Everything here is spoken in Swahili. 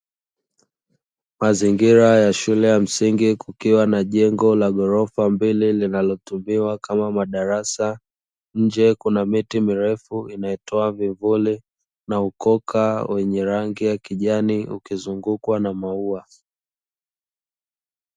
Mazingira ya shule ya msingi kukiwa na jengo la ghorofa mbili linalotumiwa kama madarasa, nje kuna miti mirefu inayoitwa vivuli na ukoka wenye rangi ya kijani ukizungukwa na maua.